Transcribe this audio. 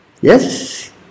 yes